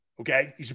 Okay